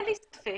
אין לי ספק